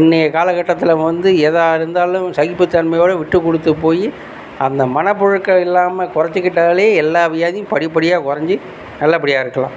இன்றைய காலகட்டத்தில் வந்து எதாகருந்தாலும் சகிப்பு தன்மையோடு விட்டுக் கொடுத்து போய் அந்த மனபுழுக்கம் இல்லாமல் கொறைச்சிக்கிட்டாலே எல்லா வியாதியும் படிப்படியாக கொறைஞ்சி நல்லபடியாக இருக்கலாம்